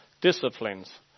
Disciplines